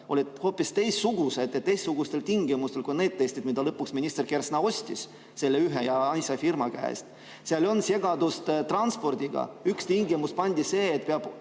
olid hoopis teistsugused ja teistsugustel tingimustel kui need testid, mis lõpuks minister Kersna ostis selle üheainsa firma käest. Seal on segadust transpordiga. Üks tingimus pandi, et need